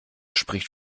spricht